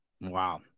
Wow